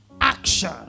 action